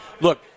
Look